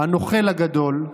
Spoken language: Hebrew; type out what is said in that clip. הנוכל הגדול,